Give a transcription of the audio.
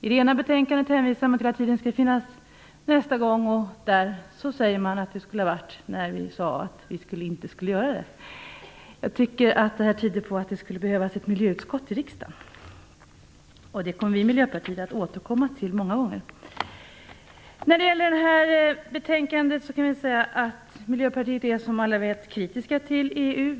I det ena betänkandet hänvisar man till att det skall finnas tid nästa gång, och i nästa betänkande säger man att frågorna skulle ha behandlats tidigare. Jag tycker att det tyder på att det skulle behövas ett miljöutskott i riksdagen. Det kommer vi i Miljöpartiet att återkomma till många gånger. Vi i Miljöpartiet är som alla vet kritiska till EU.